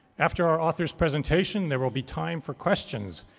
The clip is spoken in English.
after our author's presentation, there will be time for questions.